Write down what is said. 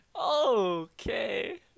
okay